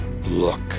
look